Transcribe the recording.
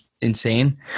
insane